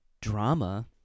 drama